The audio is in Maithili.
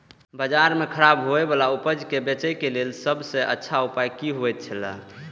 बाजार में खराब होय वाला उपज के बेचे के लेल सब सॉ अच्छा उपाय की होयत छला?